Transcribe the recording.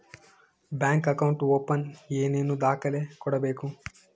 Bank account open ಏನೇನು ದಾಖಲೆ ಕೊಡಬೇಕು?